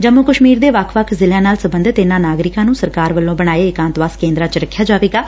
ਜੰਮੁ ਕਸ਼ਮੀਰ ਦੇ ਵੱਖ ਜ਼ਿਲ਼ਿਆਂ ਨਾਲ ਸਬੰਧਿਤ ਇਨਾਂ ਨਾਗਰਿਕਾਂ ਨੁੰ ਸਰਕਾਰ ਵਲੋਂ ਬਣਾਏ ਇਕਾਂਤਵਾਸ ਕੇਂਦਰਾਂ ਚ ਰਖਿਆ ਜਾਵੇਗਾਂ